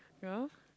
you know